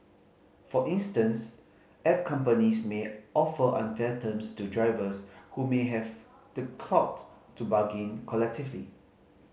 for instance app companies may offer unfair terms to drivers who may have the clout to bargain collectively